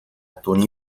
tony